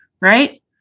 right